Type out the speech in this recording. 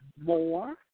more